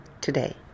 today